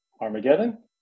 Armageddon